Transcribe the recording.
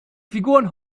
figuren